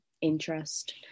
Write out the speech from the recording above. interest